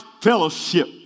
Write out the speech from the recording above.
fellowship